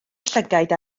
llygaid